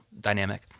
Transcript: dynamic